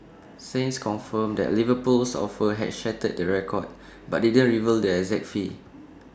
saints confirmed that Liverpool's offer had shattered the record but didn't reveal the exact fee